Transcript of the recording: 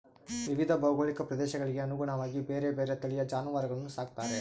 ವಿವಿಧ ಭೌಗೋಳಿಕ ಪ್ರದೇಶಗಳಿಗೆ ಅನುಗುಣವಾಗಿ ಬೇರೆ ಬೇರೆ ತಳಿಯ ಜಾನುವಾರುಗಳನ್ನು ಸಾಕ್ತಾರೆ